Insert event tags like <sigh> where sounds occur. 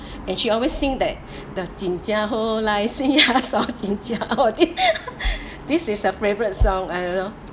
and she always sing that the <laughs> this is her favourite song I don't know